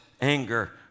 anger